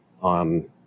on